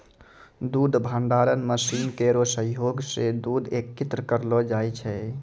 दूध भंडारण मसीन केरो सहयोग सें दूध एकत्रित करलो जाय छै